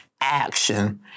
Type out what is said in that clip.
action